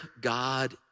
God